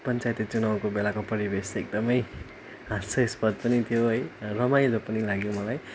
पञ्चायती चुनाउको बेलाको परिवेश चाहिँ एकदम हास्यस्पद पनि थियो है रमाइलो पनि लाग्यो मलाई